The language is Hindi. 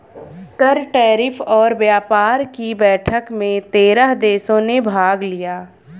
कर, टैरिफ और व्यापार कि बैठक में तेरह देशों ने भाग लिया